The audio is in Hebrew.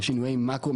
שינויי מאקרו,